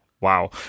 Wow